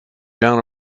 down